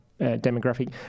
demographic